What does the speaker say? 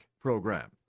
program